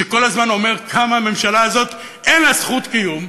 שכל הזמן אומר כמה הממשלה הזאת אין לה זכות קיום,